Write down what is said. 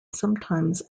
sometimes